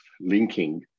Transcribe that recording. linking